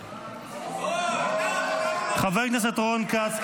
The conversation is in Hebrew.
------ אתה --- חבר הכנסת רון כץ,